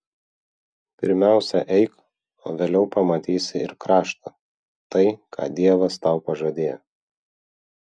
pirmiausia eik o vėliau pamatysi ir kraštą tai ką dievas tau pažadėjo